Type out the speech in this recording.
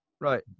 right